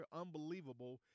unbelievable